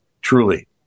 truly